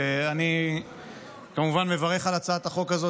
אני כמובן מברך על הצעת החוק הזאת,